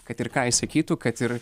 kad ir ką jis sakytų kad ir